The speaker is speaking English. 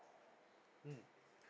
mm